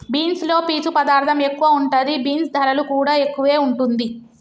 beans లో పీచు పదార్ధం ఎక్కువ ఉంటది, బీన్స్ ధరలు కూడా ఎక్కువే వుంటుంది